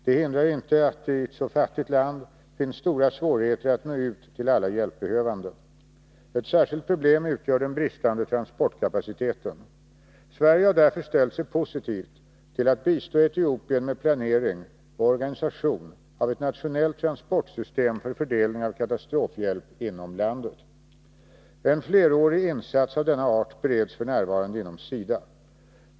Det hindrar inte att det i ett så fattigt land finns stora svårigheter att nå ut till alla hjälpbehövande. Ett särskilt problem utgör den bristande transportkapaciteten. Sverige har därför ställt sig positivt till att bistå Etiopien med planering och organisation av ett nationellt transportsystem för fördelning av katastrofhjälp inom landet. En flerårig insats av denna art bereds f. n. inom SIDA.